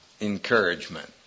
encouragement